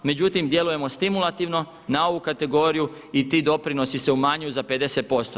Međutim, djelujemo stimulativno na ovu kategoriju i ti doprinosi se umanjuju za 50%